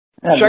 Check